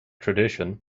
tradition